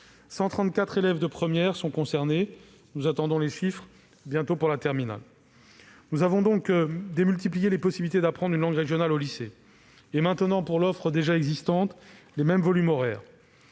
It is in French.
134 élèves de première sont concernés, et nous attendons les chiffres pour la terminale. Nous avons donc démultiplié les possibilités d'apprendre une langue régionale au lycée, en maintenant les mêmes volumes horaires